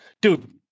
dude